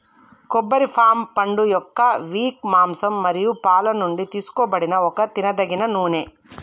కొబ్బరి పామ్ పండుయొక్క విక్, మాంసం మరియు పాలు నుండి తీసుకోబడిన ఒక తినదగిన నూనె